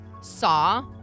Saw